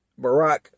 Barack